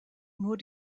nur